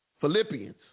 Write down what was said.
Philippians